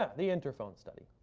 the interphone study.